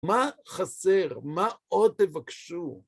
מה חסר? מה עוד תבקשו?